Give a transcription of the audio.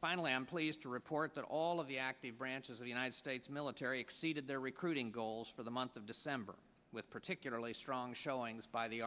finally i'm pleased to report that all of the active branches of the united states military exceeded their recruiting goals for the month of december with particularly strong showings by the